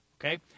Okay